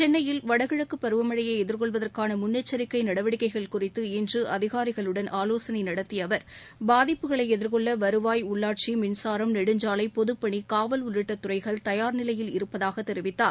சென்னையில் வடகிழக்குப் பருவமழையை எதிர்கொள்வதற்கான முன்னெச்சரிக்கை நடவடிக்கைகள் குறித்து இன்று அதிகாரிகளுடன் ஆலோசனை நடத்திய அவர் பாதிப்புகளை எதிர்கொள்ள வருவாய் உள்ளாட்சி மின்சாரம் நெடுஞ்சாலை பொதப்பணி காவல் உள்ளிட்ட துறைகள் தயார் நிலையில் இருப்பதாக தெரிவித்தார்